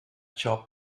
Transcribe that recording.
job